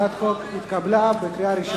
ההצעה להעביר את הצעת חוק בתי-הדין הדתיים